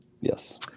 Yes